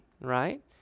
Right